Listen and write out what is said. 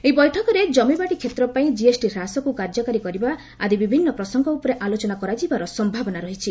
ଏହି ବୈଠକରେ ଜମିବାଡ଼ି କ୍ଷେତ୍ର ପାଇଁ ଜିଏସ୍ଟି ହ୍ରାସକୁ କାର୍ଯ୍ୟକାରୀ କରିବା ଆଦି ବିଭିନ୍ନ ପ୍ରସଙ୍ଗ ଉପରେ ଆଲୋଚନା କରାଯିବାର ସମ୍ଭାବନା ରହିଛି